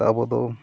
ᱟᱵᱚ ᱫᱚ